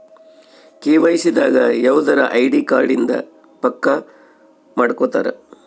KYC ದಾಗ ಯವ್ದರ ID card ಇಂದ ಪಕ್ಕ ಮಾಡ್ಕೊತರ